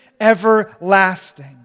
everlasting